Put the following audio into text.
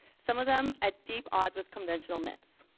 some of them at deep odds with conventional myths.